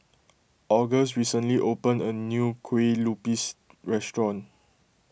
August recently opened a new Kue Lupis restaurant